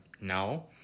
now